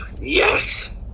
yes